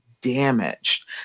damaged